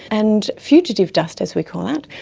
and fugitive dust, as we call it,